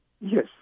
Yes